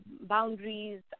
boundaries